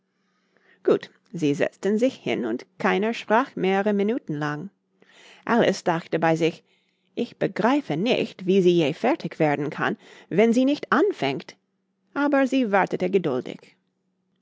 gut sie setzten sich hin und keiner sprach mehre minuten lang alice dachte bei sich ich begreife nicht wie sie je fertig werden kann wenn sie nicht anfängt aber sie wartete geduldig